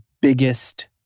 biggest